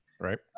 Right